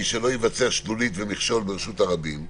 שלא ייוצר שלולית ומכשול ברשות הרבים,